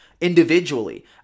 individually